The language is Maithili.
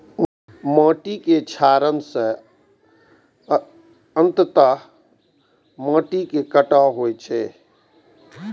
माटिक क्षरण सं अंततः माटिक कटाव होइ छै